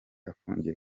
afungiye